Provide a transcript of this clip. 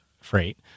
freight